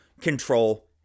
control